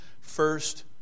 first